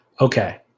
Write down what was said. Okay